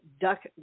Duck